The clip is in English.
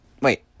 Wait